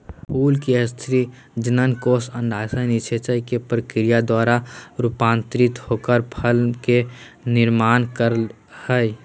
फूल के स्त्री जननकोष अंडाशय निषेचन के प्रक्रिया द्वारा रूपांतरित होकर फल के निर्माण कर हई